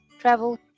travel